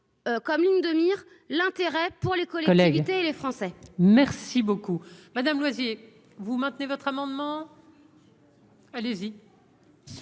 comme ligne de mire l'intérêt pour les collectivités et les Français. Merci beaucoup madame Loyer vous maintenez votre amendement. Allez-y.